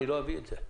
אני לא אעביר את זה.